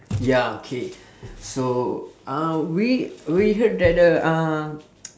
ya okay so uh we we heard that the uh